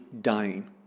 dying